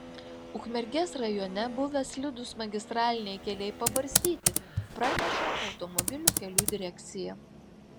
ukmergės rajone buvę slidūs magistraliniai keliai pabarstyti praneša automobilių kelių direkcija